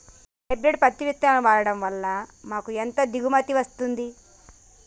Hybrid పత్తి విత్తనాలు వాడడం వలన మాకు ఎంత దిగుమతి వస్తుంది?